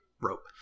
rope